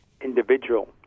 individual